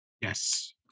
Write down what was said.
Yes